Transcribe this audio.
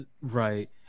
Right